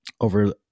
over